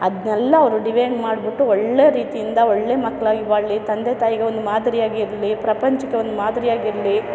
ಅದನ್ನೆಲ್ಲ ಅವರು ಡಿವೈಡ್ ಮಾಡಿಬಿಟ್ಟು ಒಳ್ಳೆ ರೀತಿಯಿಂದ ಒಳ್ಳೆ ಮಕ್ಕಳಾಗಿ ಒಳ್ಳೆ ತಂದೆ ತಾಯಿಗೆ ಒಂದು ಮಾದರಿಯಾಗಿರಲಿ ಪ್ರಪಂಚ್ಕೆ ಒಂದು ಮಾದರಿಯಾಗಿರಲಿ